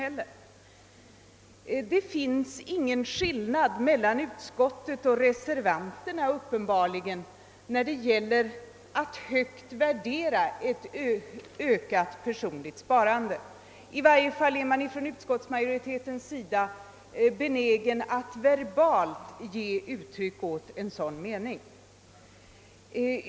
Det råder uppenbarligen inga delade meningar mellan utskottsmajoriteten och reservanterna när det gäller att högt värdera ett ökat personligt sparande. I varje fall är man ifrån utskottsmajoritetens sida benägen att verbalt ge uttryck åt en sådan mening.